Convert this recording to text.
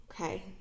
Okay